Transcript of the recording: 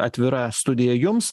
atvira studija jums